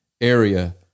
area